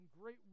great